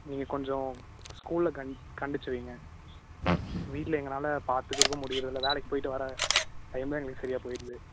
நீங்கில் கொஞ்சம் ஸ்கூலில் கண் கண்டுச்சு வைங்க வீட்டில் எங்கனால் பார்த்துக்கிறக்கும் முடியிறதில்லை வேலைக்குப் போயிவிட்டு வர டைமே எங்களுக்கு சரியாக போயிவிடுது